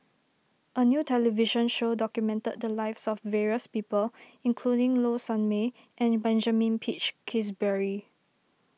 a new television show documented the lives of various people including Low Sanmay and Benjamin Peach Keasberry